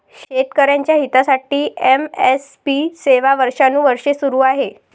शेतकऱ्यांच्या हितासाठी एम.एस.पी सेवा वर्षानुवर्षे सुरू आहे